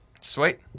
sweet